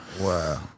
Wow